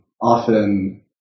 often